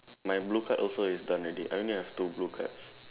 my blue card also is done already I only have two blue cards